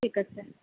ঠিক আছে